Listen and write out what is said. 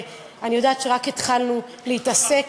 אני יודעת שרק התחלנו להתעסק,